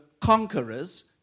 conquerors